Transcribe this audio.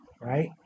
right